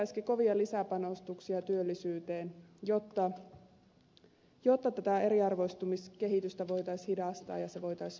tarvittaisiinkin kovia lisäpanostuksia työllisyyteen jotta tätä eriarvoistumiskehitystä voitaisiin hidastaa ja se voitaisiin pysäyttää